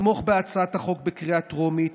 לתמוך בהצעת החוק בקריאה הטרומית,